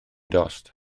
dost